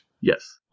Yes